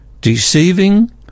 deceiving